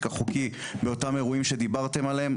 החוקי באותם אירועים שדיברתם עליהם,